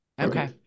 Okay